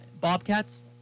Bobcats